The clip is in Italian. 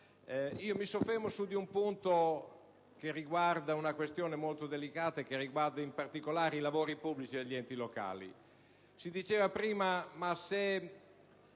Mi soffermo su un punto che riguarda una questione molto delicata, in particolare i lavori pubblici degli enti locali. Si diceva prima che se